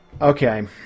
Okay